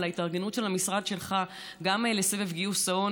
על ההתארגנות של המשרד שלך גם לסבב גיוס ההון